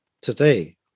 today